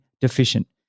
deficient